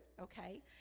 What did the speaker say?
Okay